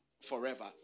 forever